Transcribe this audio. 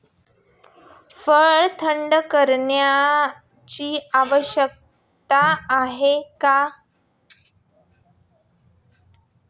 फळ थंड करण्याची आवश्यकता का आहे?